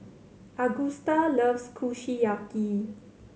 Agusta loves Kushiyaki